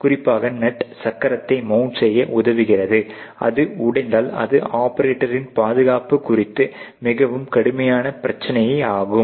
குறிப்பாக நட் சக்கரத்தை மௌண்ட் செய்ய உதவுகிறது அது உடைந்தால் அது ஆப்பரேட்டரின் பாதுகாப்பு குறித்த மிகவும் கடுமையான பிரச்சனை ஆகும்